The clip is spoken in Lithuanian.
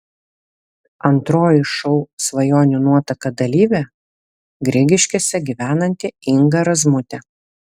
antroji šou svajonių nuotaka dalyvė grigiškėse gyvenanti inga razmutė